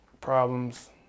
problems